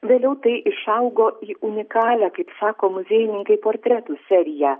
vėliau tai išaugo į unikalią kaip sako muziejininkai portretų seriją